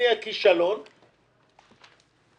הכישלון יהיה עליי,